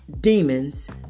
demons